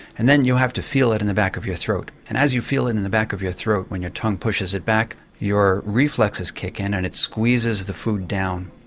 and then you have to feel it in the back of your throat. and as you feel it in the back of your throat when your tongue pushes it back your reflexes kick in and it squeezes the food down.